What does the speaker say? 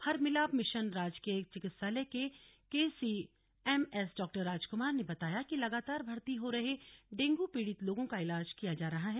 Harmilap mission राजकीय चिकित्सालय के सी एम एस डॉ राजकुमार ने बताया कि लगातार भर्ती हो रहे डेंगू पीड़ित लोगों का इलाज किया जा रहा है